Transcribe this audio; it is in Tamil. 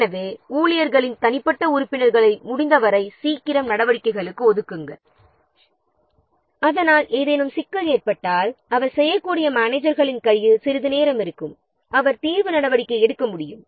எனவே தனிப்பட்ட உறுப்பினர்களை முடிந்தவரை சீக்கிரம் நடவடிக்கைகளுக்கு ஒதுக்க வேண்டும் அதனால் ஏதேனும் சிக்கல் ஏற்பட்டால் அதனை சரி செய்யக்கூடிய சிறிது நேரம் மேனேஜர்களிடம் அவரால் தீர்வு நடவடிக்கை எடுக்க முடியும்